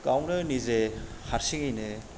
गावनो निजे हारसिङैनो